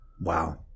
Wow